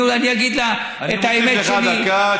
אני אגיד את האמת שלי.